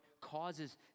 causes